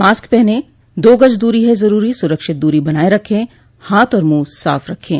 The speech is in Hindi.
मास्क पहनें दो गज़ दूरी है ज़रूरी सुरक्षित दूरी बनाए रखें हाथ और मुंह साफ़ रखें